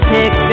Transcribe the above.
Pick